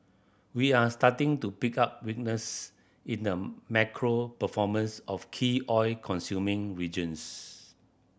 we are starting to pick up weakness in the macro performance of key oil consuming regions